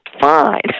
fine